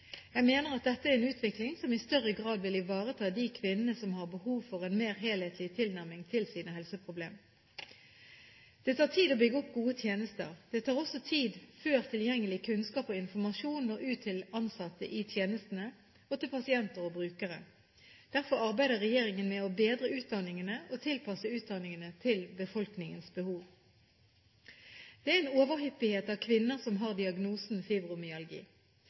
Jeg mener at dette er en utvikling som i større grad vil ivareta de kvinnene som har behov for en mer helhetlig tilnærming til sine helseproblemer. Det tar tid å bygge opp gode tjenester. Det tar også tid før tilgjengelig kunnskap og informasjon når ut til ansatte i tjenestene og til pasienter og brukere. Derfor arbeider regjeringen med å bedre utdanningene og tilpasse utdanningene til befolkningens behov. Det er en overhyppighet av kvinner som har diagnosen